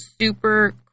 super